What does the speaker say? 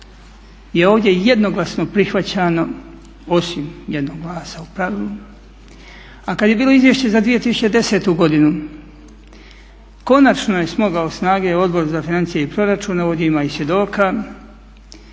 je ovdje jednoglasno prihvaćano osim jednog glasa u pravilu. A kada je bilo izvješće za 2010.godinu konačno je smogao snage Odbor za financije i proračun, ovdje ima i svjedoka,